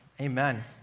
Amen